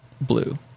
Blue